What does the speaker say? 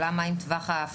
השאלה מה עם טווח ההפרה?